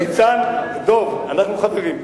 ניצן, דב, אנחנו חברים.